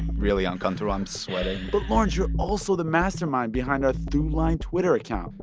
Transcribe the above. really uncomfortable. i'm sweating but, lawrence, you're also the mastermind behind our throughline twitter account.